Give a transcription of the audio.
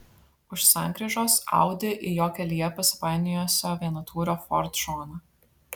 už sankryžos audi į jo kelyje pasipainiojusio vienatūrio ford šoną